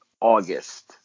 august